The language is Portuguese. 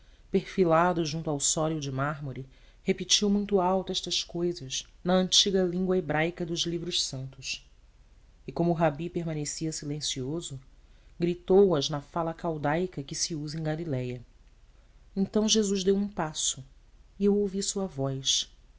perfilado junto ao sólio de mármore repetiu muito alto estas cousas na antiga língua hebraica dos livros santos e como o rabi permanecia silencioso gritou as na fala caldaica que se usa em galiléia então jesus deu um passo eu ouvi a sua voz